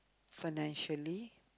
financially